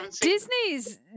Disney's